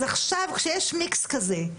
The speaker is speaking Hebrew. אז עכשיו כשיש מיקס כזה,